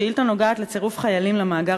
השאילתה נוגעת לצירוף חיילים למאגר